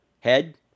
Head